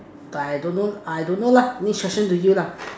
but I don't know I don't know lah next question to you lah